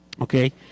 Okay